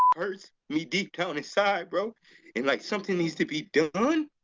hurts me deep down inside bro and like something needs to be done,